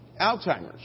Alzheimer's